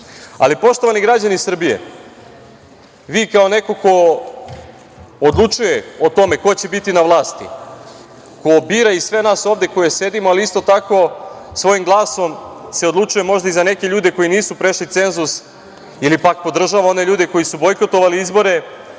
Poštovani građani Srbije, vi kao neko ko odlučuje o tome ko će biti na vlasti, ko bira i sve nas ovde koji sedimo, ali isto tako svojim glasom se odlučuje možda i za neke ljude koji nisu prešli cenzus, ili pak podržava one ljude koji su bojkotovali izbore,